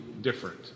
different